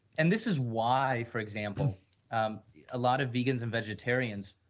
and, this is why for example um a lot of vegans and vegetarians.